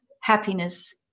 happiness